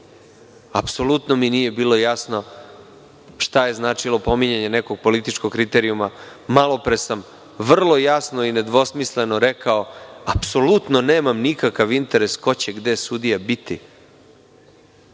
Apsolutno mi nije bilo jasno šta je značilo pominjanje nekog političkog kriterijuma. Malopre sam vrlo jasno i nedvosmisleno rekao - apsolutno nemam nikakav interes ko će gde od sudija biti.